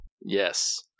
Yes